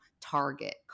Target